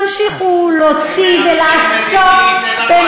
תמשיכו להוציא ולעסוק,